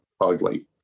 ugly